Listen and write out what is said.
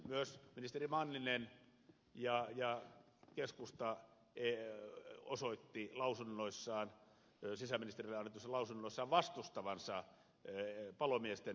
myös ministeri manninen ja keskusta osoittivat sisäministerille annetuissa lausunnoissaan vastustavansa palomiesten eläkeiän alentamista